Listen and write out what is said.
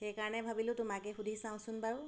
সেইকাৰণে ভাবিলোঁ তোমাকে সুধি চাওঁচোন বাৰু